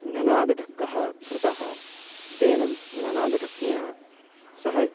ननाद ढक्कः कृतः तेन ननादढक्केन सः